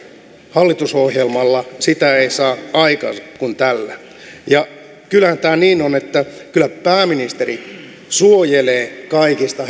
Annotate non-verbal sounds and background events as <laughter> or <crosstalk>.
hallitusohjelmalla niitä ei saa aikaan kuin tällä ja kyllähän tämä niin on että kyllä pääministeri suojelee kaikista <unintelligible>